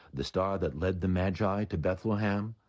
the star that led the magi to bethlehem?